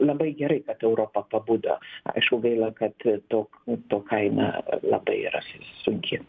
labai gerai kad europa pabudo aišku gaila kad to to kaina labai yra sunki